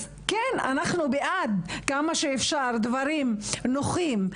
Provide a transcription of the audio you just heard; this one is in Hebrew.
אנחנו בעד כמה שאפשר לאפשר דברים נוחים,